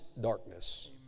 darkness